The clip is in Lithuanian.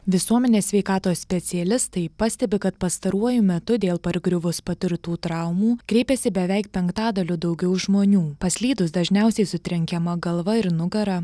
visuomenės sveikatos specialistai pastebi kad pastaruoju metu dėl pargriuvus patirtų traumų kreipėsi beveik penktadaliu daugiau žmonių paslydus dažniausiai sutrenkiama galva ir nugara